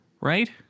Right